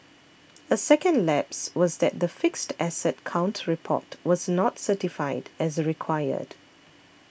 a second lapse was that the fixed asset count report was not certified as required